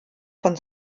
von